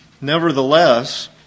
nevertheless